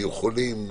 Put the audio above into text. היו חולים,